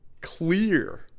clear